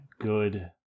good